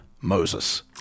Moses